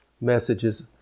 messages